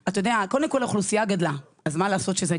דבר אין